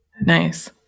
Nice